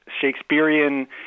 Shakespearean